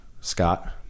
Scott